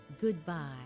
goodbye